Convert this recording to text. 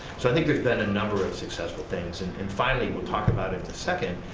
so i think there's been a number of successful things. and, and finally, we'll talk about in a second,